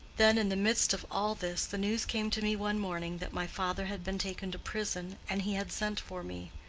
then, in the midst of all this, the news came to me one morning that my father had been taken to prison, and he had sent for me.